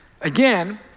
Again